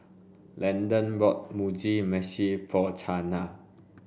Landen bought Mugi Meshi for Chana